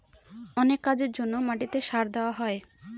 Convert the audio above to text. অনেক কাজের জন্য মাটিতে সার দেওয়া হয়